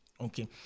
okay